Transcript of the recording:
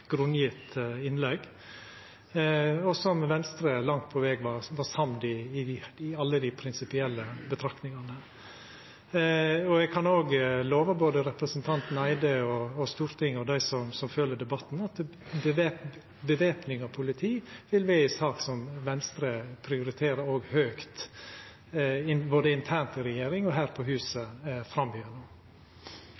grunngjeve innlegg, og som Venstre langt på veg var samd i, i alle dei prinsipielle syna. Eg kan lova både representanten Eide, Stortinget og dei som følgjer debatten, at væpning av politi vil vera ei sak som Venstre prioriterer høgt både internt i regjering og her på huset